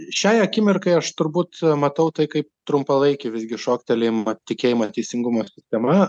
šiai akimirkai aš turbūt matau tai kaip trumpalaikį visgi šoktelėjimą tikėjimo teisingumo sistema